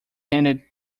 handed